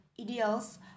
ideals